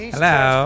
Hello